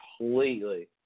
Completely